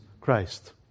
Christ